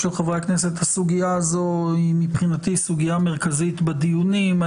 הסוגיה הזאת היא, מבחינתי, סוגיה מרכזית בדיונים.